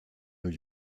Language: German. new